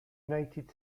united